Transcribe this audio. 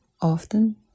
often